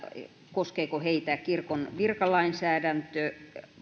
koskeeko heitä kirkon virkalainsäädäntö